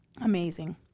Amazing